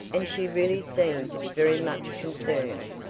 and she really seemed very much concerned.